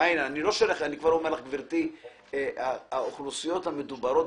סליחה האוכלוסיות המדוברות,